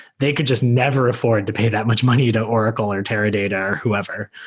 they could just never afford to pay that much money to oracle or teradata or whoever.